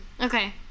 Okay